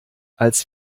als